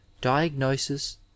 Diagnosis